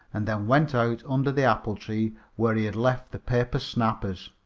and then went out under the apple tree where he had left the paper snappers.